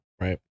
right